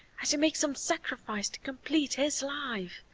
as you make some sacrifice to complete his life.